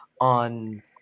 on